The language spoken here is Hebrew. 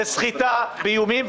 היא סחיטה באיומים.